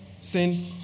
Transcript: sin